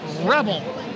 rebel